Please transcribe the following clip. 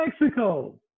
Mexico